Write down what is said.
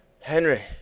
Henry